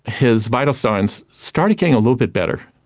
his vital signs started getting a little bit better.